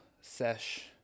sesh